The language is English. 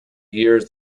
years